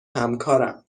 همکارم